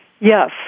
Yes